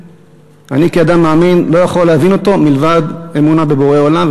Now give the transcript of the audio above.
אני כאדם מאמין לא יכול להבין אותו מלבד אמונה בבורא עולם.